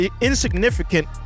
insignificant